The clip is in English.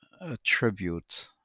attribute